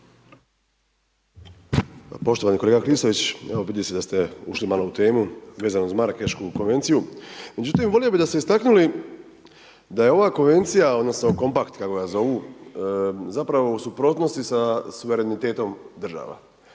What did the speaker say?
Poštovani kolega Klisović, evo vidi se da ste ušli malo u temu vezano uz Marakešku konvenciju, međutim volio bi da ste istaknuli da je ova konvencija odnosno kompakt kako ga zovu zapravo u suprotnosti sa suverenitetom država.